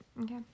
Okay